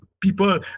people